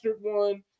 one